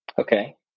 Okay